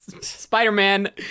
Spider-Man